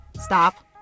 Stop